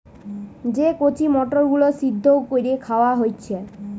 যে কচি মটর গুলো সিদ্ধ কোরে খাওয়া হচ্ছে